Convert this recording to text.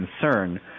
concern